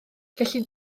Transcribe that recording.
gellid